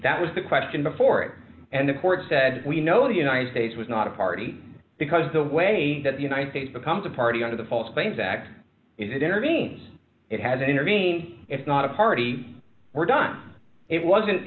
that was the question before it and the court said we know the united states was not a party because the way that the united states becomes a party under the false claims act it intervenes it has an enemy it's not a party were done it wasn't